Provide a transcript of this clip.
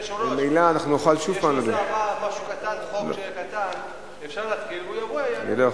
ממילא, אנחנו נוכל שוב פעם, אפשר לעבור לנושא הבא.